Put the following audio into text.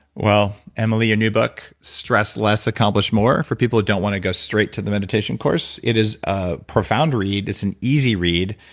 well, emily, your new book, stress less, accomplish more, for people that don't want to go straight to the meditation course, it is a profound read. it's an easy read.